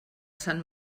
sant